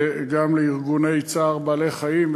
וגם לארגוני צער בעלי-חיים,